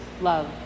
love